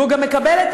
והוא גם מקבל את